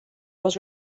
was